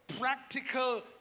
practical